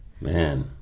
Man